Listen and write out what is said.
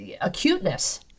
acuteness